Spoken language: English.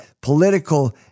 Political